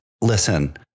listen